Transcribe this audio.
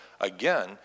again